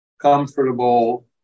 comfortable